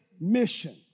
mission